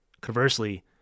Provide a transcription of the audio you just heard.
conversely